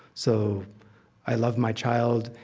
so i love my child,